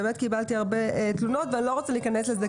ובאמת קיבלתי הרבה תלונות ואני לא רוצה להיכנס לזה.